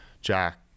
Jack